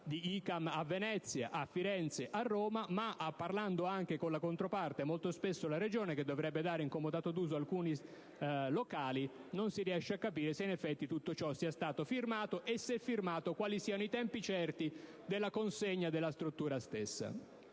di ICAM a Venezia, a Firenze e a Roma, ma, parlando anche con la controparte (molto spesso la Regione, che dovrebbe dare in comodato d'uso alcuni locali) non si riesce a capire se in effetti tutto ciò sia stato firmato e, se firmato, quali siano i tempi certi della consegna della struttura stessa.